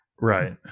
Right